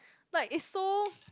like it's so